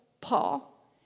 Paul